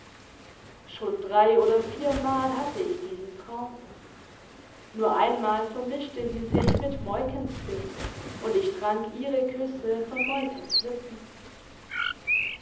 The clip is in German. schon drei oder viermal hatte ich diesen traum nur einmal vermischte sie sich mit moikens bild und ich trank ihre küsse von moikens lippen